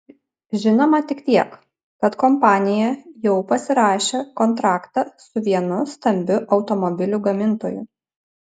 žinoma tik tiek kad kompanija jau pasirašė kontraktą su vienu stambiu automobilių gamintoju